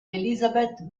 elizabeth